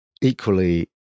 equally